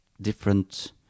different